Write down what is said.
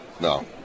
No